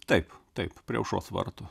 taip taip prie aušros vartų